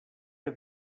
que